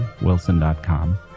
Wilson.com